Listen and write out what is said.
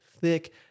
thick